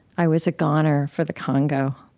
i was a goner for the congo.